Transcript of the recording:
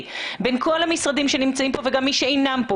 בין כל המשרדים שנמצאים כאן וגם מי שאינם כאן,